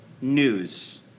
news